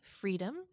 freedom